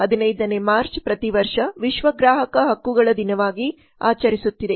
15 ನೇ ಮಾರ್ಚ್ ಪ್ರತಿವರ್ಷ ವಿಶ್ವ ಗ್ರಾಹಕ ಹಕ್ಕುಗಳ ದಿನವಾಗಿ ಆಚರಿಸುತ್ತಿದೆ